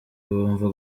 bumva